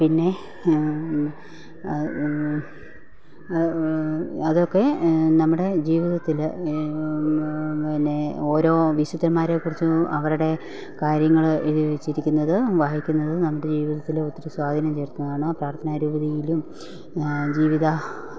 പിന്നെ അത് അതൊക്കെ നമ്മുടെ ജീവിതത്തില് പിന്നെ ഓരോ വിശുദ്ധന്മാരെക്കുറിച്ചും അവരുടെ കാര്യങ്ങള് എഴുതി വെച്ചിരിക്കുന്നത് വായിക്കുന്നത് നമുക്ക് ജീവിതത്തില് ഒത്തിരി സ്വാധീനം ചെലുത്തുന്നതാണ് പ്രാര്ത്ഥന രീതിയിലും ജിവിത